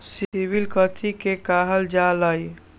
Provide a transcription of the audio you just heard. CIBIL कथि के काहल जा लई?